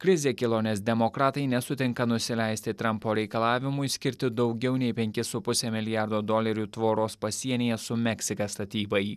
krizė kilo nes demokratai nesutinka nusileisti trampo reikalavimui skirti daugiau nei penkis su puse milijardo dolerių tvoros pasienyje su meksika statybai